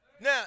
Now